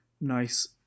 nice